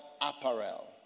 apparel